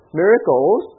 miracles